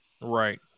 Right